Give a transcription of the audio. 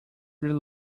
really